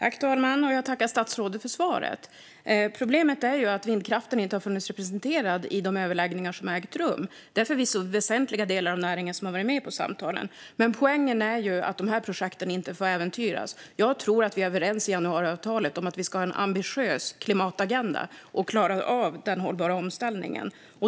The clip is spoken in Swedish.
Fru talman! Jag tackar statsrådet för svaret. Problemet är att vindkraften inte har funnits representerad i de överläggningar som har ägt rum. Det är förvisso väsentliga delar av näringen som har varit med på samtalen, men poängen är att de här projekten inte får äventyras. Jag tror att vi är överens i januariavtalet om att vi ska en ambitiös klimatagenda och klara av den hållbara omställningen.